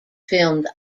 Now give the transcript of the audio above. filmed